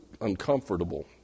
uncomfortable